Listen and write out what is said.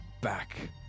back